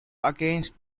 against